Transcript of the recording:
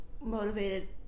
motivated